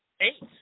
Eight